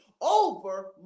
over